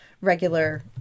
regular